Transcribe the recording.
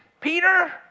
peter